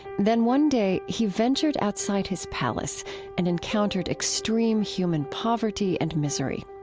then one day, he ventured outside his palace and encountered extreme human poverty and misery.